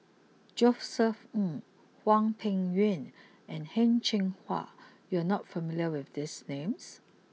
Josef Ng Hwang Peng Yuan and Heng Cheng Hwa you are not familiar with these names